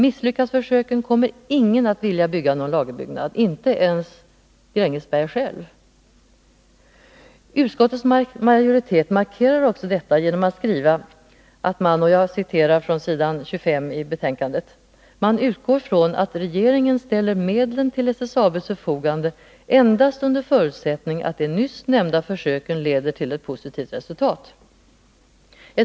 Misslyckas försöken kommer ingen att vilja bygga någon lagerbyggnad, inte ens Grängesberg självt. Utskottets majoritet markerar också detta genom att skriva att man ”utgår från att regeringen ställer medlen till SSAB:s förfogande endast under förutsättning att de nyss nämnda försöken leder till ett positivt resultat”.